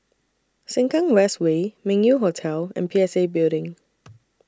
Sengkang West Way Meng Yew Hotel and P S A Building